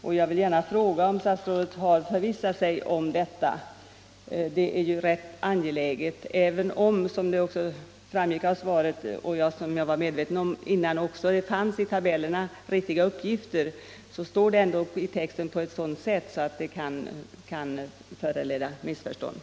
Jag vill därför gärna fråga om statsrådet har förvissat sig om att en sådan rättelse kommer att ske. Även om det, som framgår av svaret och som jag också var medveten om, i tabellerna finns riktiga uppgifter, kan felskrivningen i texten ändå föranleda missförstånd.